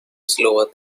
slower